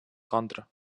contra